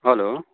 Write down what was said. hello